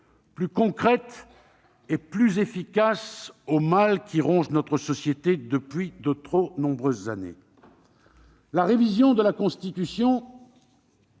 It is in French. plus concrète et plus efficace au mal qui ronge notre société depuis de trop nombreuses années. Très bien ! La révision de la Constitution